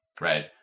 right